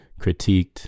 critiqued